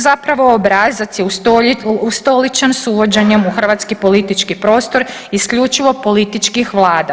Zapravo obrazac je ustoličen s uvođenjem u hrvatski politički prostor isključivo političkih vlada.